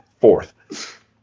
fourth